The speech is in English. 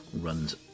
runs